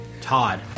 Todd